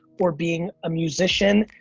or being a musician,